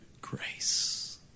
grace